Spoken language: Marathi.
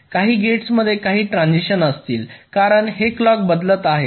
काही गेट्समध्ये काही ट्रान्झिशन असतील कारण हे क्लॉक बदलत आहे